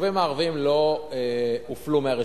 היישובים הערביים לא הופלו מהרשימה.